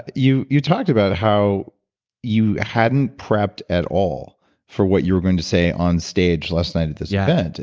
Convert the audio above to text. but you you talked about how you hadn't prepped at all for what you were going to say on stage last night at this yeah event,